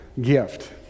gift